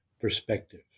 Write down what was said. Perspective